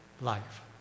life